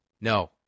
no